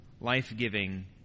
life-giving